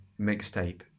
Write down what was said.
mixtape